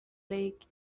lake